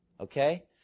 okay